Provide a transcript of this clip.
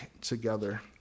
together